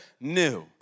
new